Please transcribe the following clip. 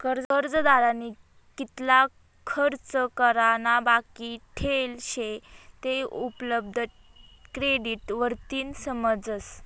कर्जदारनी कितला खर्च करा ना बाकी ठेल शे ते उपलब्ध क्रेडिट वरतीन समजस